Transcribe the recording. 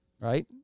right